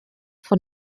von